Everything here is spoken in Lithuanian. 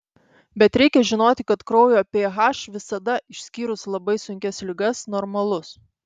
bet reikia žinoti kad kraujo ph visada išskyrus labai sunkias ligas normalus